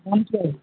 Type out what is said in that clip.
দাম কী আছে